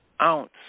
ounce